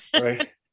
right